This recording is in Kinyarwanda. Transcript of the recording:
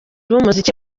b’umuziki